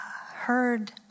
heard